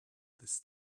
this